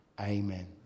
Amen